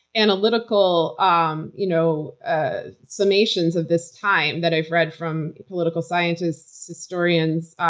analytical um you know ah summations of this time that i've read from political scientists, historians.